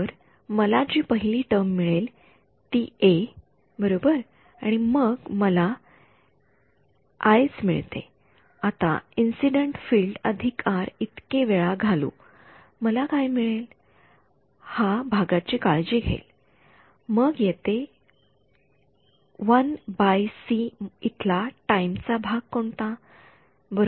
तर मला जी पहिली टर्म मिळेल ती a बरोबर आणि मग मला is मिळते आता इंसिडेन्ट फील्ड अधिक आर इतके वेळा घालू मला काय मिळेल हा भागाची काळजी घेईल मग येते १ बाय सी इथला टाइम चा भाग कोणता